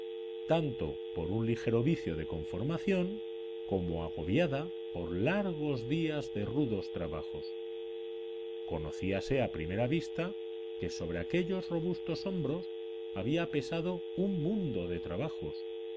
tanto por un ligero vicio de conformación como agobiada por largos días de rudos trabajos conocíase a primera vista que sobre aquellos robustos hombros había pesado un mundo de trabajos